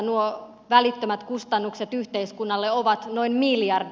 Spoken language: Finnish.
nuo välittömät kustannukset yhteiskunnalle ovat noin miljardi